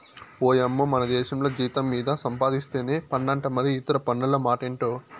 ఓయమ్మో మనదేశంల జీతం మీద సంపాధిస్తేనే పన్నంట మరి ఇతర పన్నుల మాటెంటో